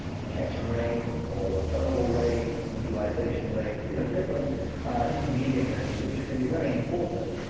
detection rates, or referral rates, utilization rates you know different intermediate measures, which can be very important,